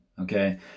Okay